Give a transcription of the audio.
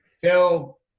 Phil